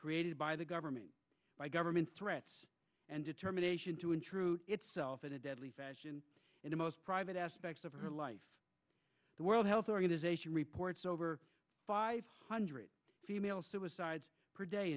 created by the government by government threats and determination to intrude itself in a deadly fashion in the most private aspects of her life the world health organization reports over five hundred female suicides per day